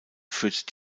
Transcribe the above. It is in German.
führt